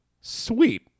sweet